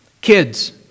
Kids